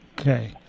Okay